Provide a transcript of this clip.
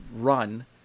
run –